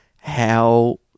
how-